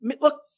Look